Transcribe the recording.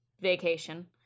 vacation